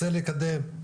רוצה לקדם,